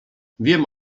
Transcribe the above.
wiem